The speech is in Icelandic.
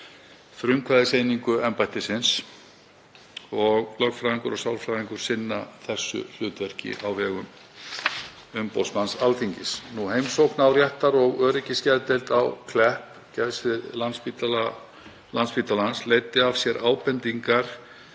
sinnir þessu eftirliti og lögfræðingur og sálfræðingur sinna þessu hlutverki á vegum umboðsmanns Alþingis. Heimsókn á réttar- og öryggisgeðdeild á Kleppi, geðsviði Landspítalans, leiddi af sér ábendingar